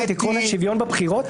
לקחת את עקרון השוויון בבחירות,